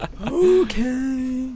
Okay